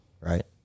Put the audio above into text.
Right